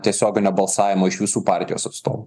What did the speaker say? tiesioginio balsavimo iš visų partijos atstovų